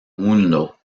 mundo